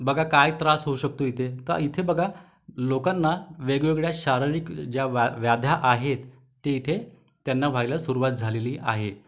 बघा काय त्रास होऊ शकतो इथे तर इथे बघा लोकांना वेगवेगळ्या शारीरिक ज्या व्या व्याध्या आहेत ते इथे त्यांना व्हायला सुरवात झालेली आहे